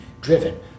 driven